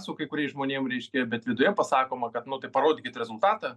su kai kuriais žmonėm reiškia bet viduje pasakoma kad nu tai parodykit rezultatą